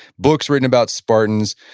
books written about spartans,